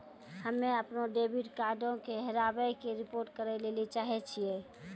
हम्मे अपनो डेबिट कार्डो के हेराबै के रिपोर्ट करै लेली चाहै छियै